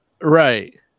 Right